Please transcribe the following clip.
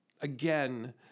again